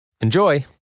Enjoy